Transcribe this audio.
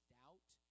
doubt